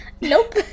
Nope